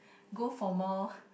go for more